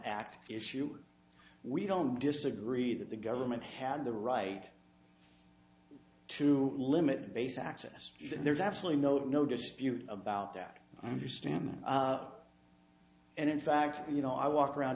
act issue we don't disagree that the government had the right to limit base access and there's absolutely no no dispute about that and you're standing up and in fact you know i walk around